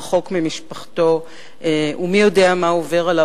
רחוק ממשפחתו ומי יודע מה עובר עליו,